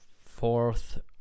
fourth